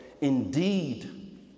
indeed